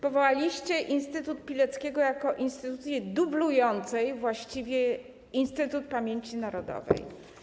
Powołaliście instytut Pileckiego jako instytucję dublującą właściwie Instytut Pamięci Narodowej.